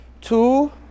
Two